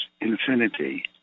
infinity